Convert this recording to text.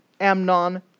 Amnon